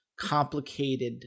complicated